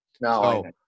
no